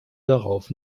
darauf